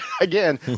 again